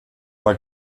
war